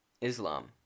Islam